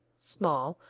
small,